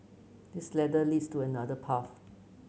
this ladder leads to another path